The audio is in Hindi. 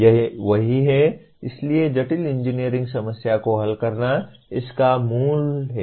यही वह है इसलिए जटिल इंजीनियरिंग समस्या को हल करना इस का मूल है